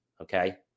okay